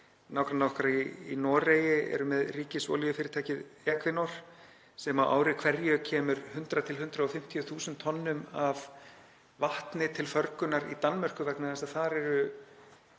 nágrannar okkar í Noregi eru með ríkisolíufyrirtækið Equinor sem á ári hverju kemur 100–150.000 tonnum af vatni til förgunar í Danmörku vegna þess að þar eru